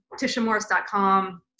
tishamorris.com